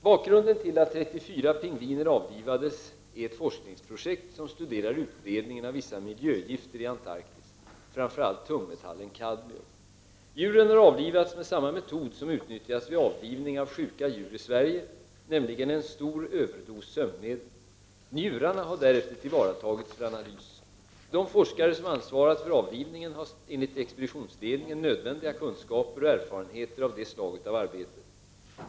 Bakgrunden till att 34 pingviner avlivades är ett forskningsprojekt, som studerar utbredningen av vissa miljögifter i Antarktis, framför allt tungmetallen kadmium. Djuren har avlivats med samma metod som utnyttjas vid avlivning av sjuka djur i Sverige, nämligen en stor överdos sömnmedel. Njurarna har därefter tillvaratagits för analys. De forskare som ansvarat för avlivningen har enligt expeditionsledningen nödvändiga kunskaper och erfarenheter av detta slag av arbete.